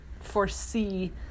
foresee